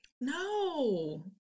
No